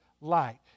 light